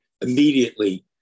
immediately